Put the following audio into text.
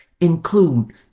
include